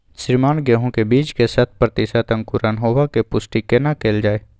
श्रीमान गेहूं के बीज के शत प्रतिसत अंकुरण होबाक पुष्टि केना कैल जाय?